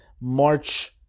March